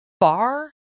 far